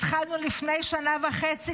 התחלנו לפני שנה וחצי,